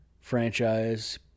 franchise